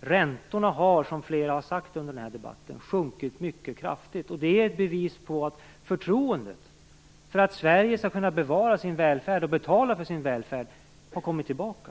Räntorna har, som flera under denna debatt har sagt, sjunkit mycket kraftigt. Det är ett bevis på att förtroendet för att Sverige skall kunna bevara och betala för sin välfärd har kommit tillbaka.